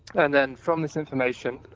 and then from this information,